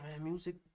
music